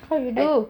how you do